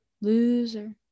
Loser